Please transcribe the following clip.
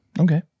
Okay